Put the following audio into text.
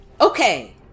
Okay